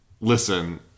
listen